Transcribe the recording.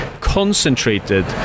concentrated